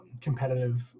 competitive